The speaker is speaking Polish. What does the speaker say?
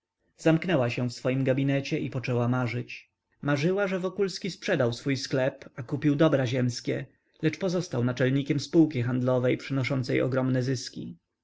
zamknęła się w swoim gabinecie i poczęła marzyć marzyła że wokulski sprzedał swój sklep a kupił dobra ziemskie lecz pozostał naczelnikiem spółki handlowej przynoszącej ogromne zyski